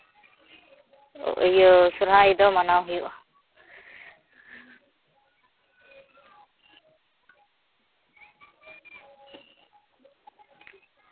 ᱥᱚᱨᱦᱟᱭ ᱫᱚ ᱢᱟᱱᱟᱣ ᱦᱩᱭᱩᱜᱼᱟ